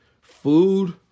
Food